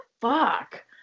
fuck